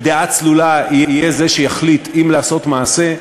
בדעה צלולה, הוא שיחליט אם לעשות מעשה.